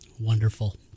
Wonderful